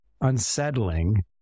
unsettling